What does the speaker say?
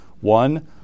one